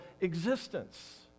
existence